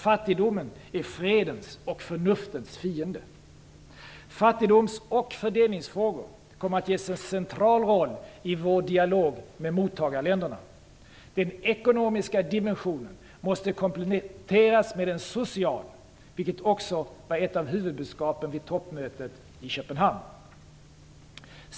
Fattigdomen är fredens och förnuftets fiende. Fattigdoms och fördelningsfrågor kommer att ges en central roll i vår dialog med mottagarländerna. Den ekonomiska dimensionen måste kompletteras med en social, vilket också var ett av huvudbudskapen vid toppmötet i Köpenhamn.